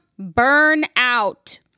burnout